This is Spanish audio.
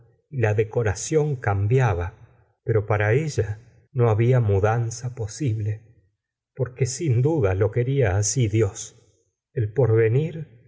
la decoración cambiaba pero para ella no había mudanza posible porque sin duda lo quería así dios el porvenir